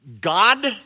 God